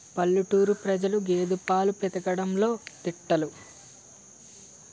పల్లెటూరు ప్రజలు గేదె పాలు పితకడంలో దిట్టలు